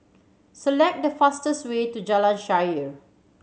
select the fastest way to Jalan Shaer